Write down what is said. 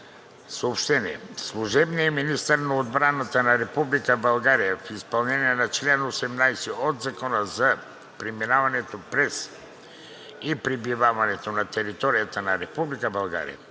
Служебният министър на отбраната на Република България в изпълнение на чл. 18 от Закона за преминаването през и пребиваването на територията на Република България